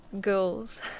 girls